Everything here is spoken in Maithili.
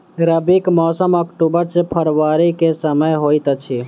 रबीक मौसम अक्टूबर सँ फरबरी क समय होइत अछि